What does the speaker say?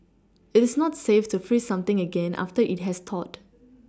it is not safe to freeze something again after it has thawed